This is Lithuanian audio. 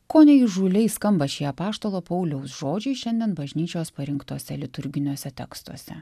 kone įžūliai skamba šie apaštalo pauliaus žodžiai šiandien bažnyčios parinktuose liturginiuose tekstuose